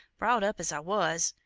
brought up as i was!